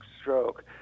stroke